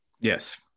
Yes